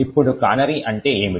ఇప్పుడు కానరీ అంటే ఏమిటి